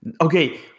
Okay